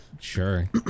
sure